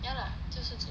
没有 lah 就是 ch~